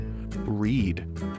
Read